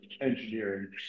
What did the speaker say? engineering